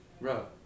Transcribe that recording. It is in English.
Bro